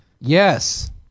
Yes